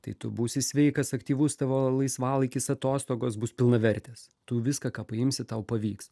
tai tu būsi sveikas aktyvus tavo laisvalaikis atostogos bus pilnavertės tu viską ką paimsi tau pavyks